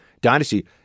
dynasty